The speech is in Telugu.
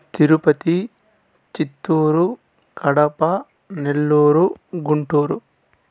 తిరుపతి చిత్తూరు కడప నెల్లూరు గుంటూరు